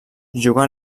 juga